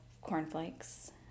cornflakes